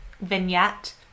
vignette